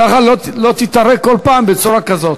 ככה היא לא תיטרק כל פעם בצורה כזאת.